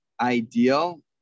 Ideal